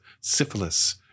Syphilis